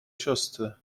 siostrę